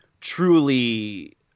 truly